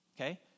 okay